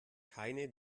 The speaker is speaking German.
keine